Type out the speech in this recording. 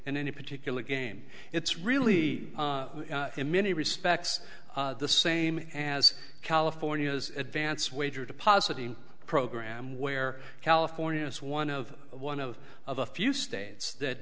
in any particular game it's really in many respects the same as california's advance wager depositing program where california is one of one of of a few states that